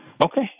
Okay